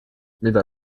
mida